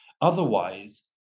Otherwise